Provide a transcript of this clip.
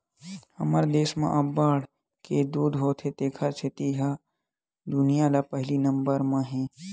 हमर देस म अब्बड़ के दूद होथे तेखर सेती ए ह दुनिया म पहिली नंबर म हे